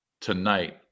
tonight